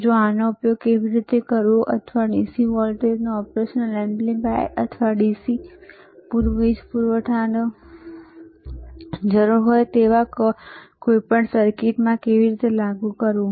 જો કે આનો ઉપયોગ કેવી રીતે કરવો અથવા આ DC વોલ્ટેજને ઓપરેશનલ એમ્પ્લીફાયરમાં અથવા DC વીજ પૂરવઠાની જરૂર હોય તેવા કોઈપણ સર્કિટમાં કેવી રીતે લાગુ કરવું